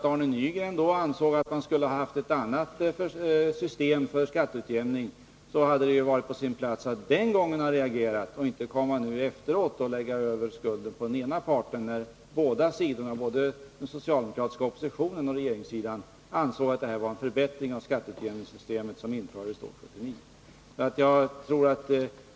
Om Arne Nygren då ansåg att vi borde ha haft ett annat system för skatteutjämningen hade det varit på sin plats att den gången reagera och inte nu efteråt lägga skulden på den ena parten, när både den socialdemokratiska oppositionen och regeringssidan ansåg att det var en förbättring av skatteutjämningssystemet som infördes 1979.